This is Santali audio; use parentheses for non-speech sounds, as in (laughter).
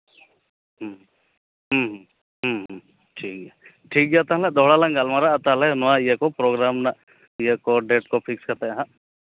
ᱦᱮᱸ ᱦᱮᱸ ᱦᱮᱸ ᱴᱷᱤᱠ ᱜᱮᱭᱟ ᱴᱷᱤᱠ ᱜᱮᱭᱟ ᱛᱟᱦᱚᱞᱮ ᱫᱚᱦᱲᱟ ᱞᱟᱝ ᱜᱟᱞᱢᱟᱨᱟᱣᱟᱜᱼᱟ ᱛᱟᱦᱚᱞᱮ ᱱᱚᱣᱟ ᱤᱭᱟᱹ ᱠᱚ ᱯᱨᱳᱜᱨᱟᱢ ᱦᱟᱸᱜ ᱤᱭᱟᱹ ᱠᱚ ᱰᱮᱴ ᱠᱚ ᱯᱷᱤᱥᱰ ᱠᱟᱛᱮ ᱦᱟᱸᱜ (unintelligible)